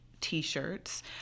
t-shirts